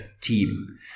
team